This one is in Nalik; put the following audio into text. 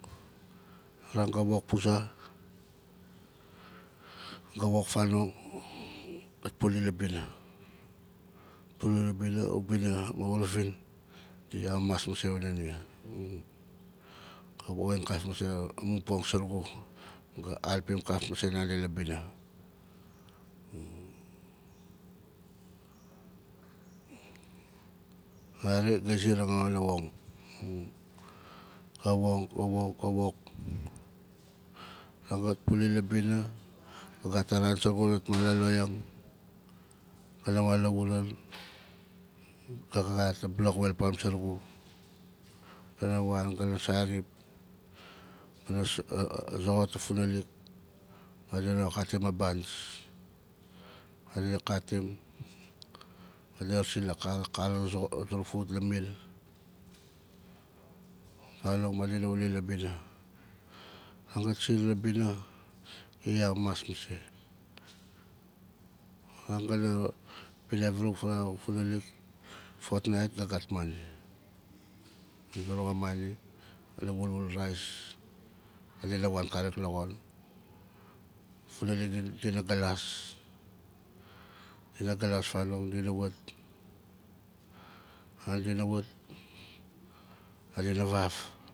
A ran ga wok puza ga wok fanong gat puli la bina puli la bina a ubina ma uravin di amamas masei wana nia ga woxin kaf masei a mun poxin surugu ga alpim kaf masei nandi la bina nari ga siar nanga wana woxang a wok, a wok, a wok a ran gat puli la bina ga gat a ran zurugu wana maloloang ga na wan lauran ga gat a block oil palm surugu ga na wan ga na sarip ga na soxot amun funalik madina katim a bans madina katim madina rasin la car a car xanaa suruk fauwaat la mill vanong madina wuli la bina a ran gat siar la bina gai amamas masei a ran ga na pilai varauwak fa o funalik fotnait ga gat mani di vaanong mani panaa wulwul rice madina wan karik la xon funalik dina galas dina galas fanong dina wat aran di na wat madina vaf